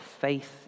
faith